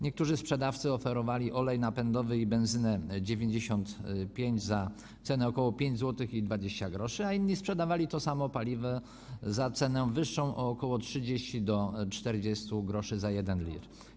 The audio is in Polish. Niektórzy sprzedawcy oferowali olej napędowy i benzynę 95 za cenę ok. 5,20 zł, a inni sprzedawali to samo paliwo za cenę wyższą o od ok. 30 do 40 gr za 1 l.